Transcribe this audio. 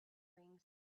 bring